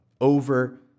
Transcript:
over